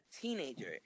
teenager